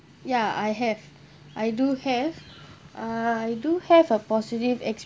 ya I have I do have uh I do have a positive